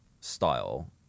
style